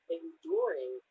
enduring